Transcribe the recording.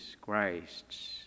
Christ's